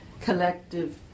collective